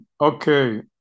Okay